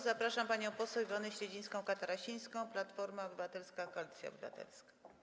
Zapraszam panią poseł Iwonę Śledzińską-Katarasińską, Platforma Obywatelska - Koalicja Obywatelska.